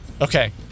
Okay